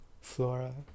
flora